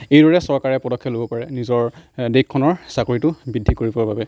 এইদৰে চৰকাৰে পদক্ষেপ ল'ব পাৰে নিজৰ দেশখনৰ চাকৰিটো বৃদ্ধি কৰিবৰ বাবে